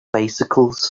bicycles